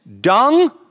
dung